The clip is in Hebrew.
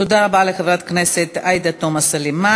תודה רבה לחברת הכנסת עאידה תומא סלימאן.